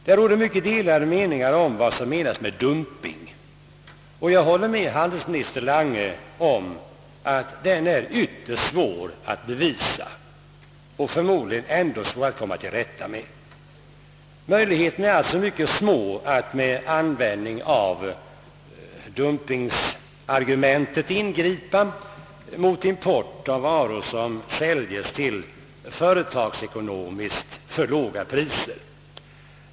Det råder mycket delade meningar om vad som menas med dumping och jag håller med handelsminister Lange om att dumping är ytterst svår att bevisa och förmodligen ännu svårare att komma till rätta med. Möjligheterna är alltså mycket små att med användande av dumpingargumentet ingripa mot import av varor som säljs till företagsekonomiskt för låga priser.